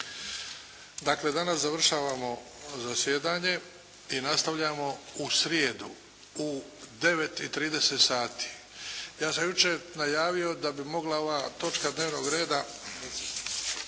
Dakle, danas završavamo zasjedanje i nastavljamo u srijedu u 9 i 30 sati. Ja sam jučer najavio da bi mogla ova točka dnevnog reda